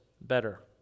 better